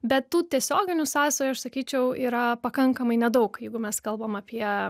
bet tų tiesioginių sąsajų aš sakyčiau yra pakankamai nedaug jeigu mes kalbam apie